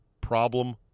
Problem